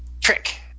trick